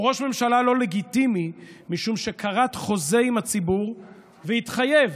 הוא ראש ממשלה לא לגיטימי משום שכרת חוזה עם הציבור והתחייב